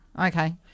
Okay